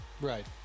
Right